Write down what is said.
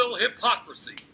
hypocrisy